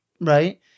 right